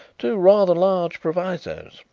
two rather large provisos.